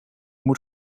moet